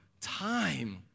time